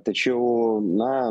tačiau na